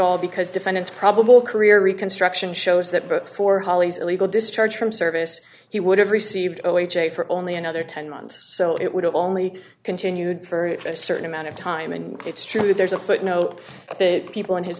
all because defendant's probable career reconstruction shows that but for holly's illegal discharge from service he would have received no ha for only another ten months so it would have only continued for it a certain amount of time and it's true that there's a footnote that people in his